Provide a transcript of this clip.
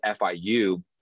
FIU